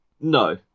No